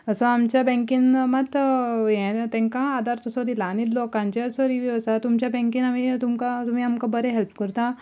असो आमच्या बँकेन मात हें तेंका आदर तसो दिला आनी लोकांचो असो रिवीव आसा तुमच्या बँकेन आमी तुमी आमकां बरें हेल्प करता